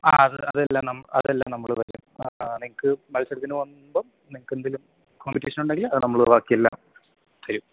ആഹ് അത് അത് എല്ലാം അതെല്ലാം നമ്മൾ തരും നിങ്ങൾക്ക് മത്സരത്തിന് പോവുമ്പം നിങ്ങൾക്കെന്തെങ്കിലും കോമ്പറ്റീഷൻ ഉണ്ടെങ്കിൽ അത് നമ്മൾ ബാക്കി എല്ലാം ചെയ്യും